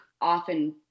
often